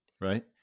right